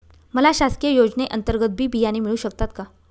मला शासकीय योजने अंतर्गत बी बियाणे मिळू शकतात का?